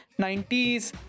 90s